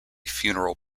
funeral